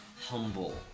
humble